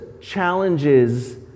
challenges